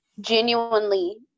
genuinely